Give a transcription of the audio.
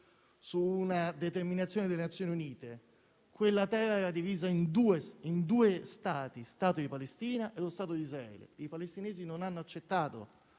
da una determinazione delle Nazioni Unite. Quella terra era divisa in due Stati, lo Stato di Palestina e lo Stato di Israele. I palestinesi non hanno accettato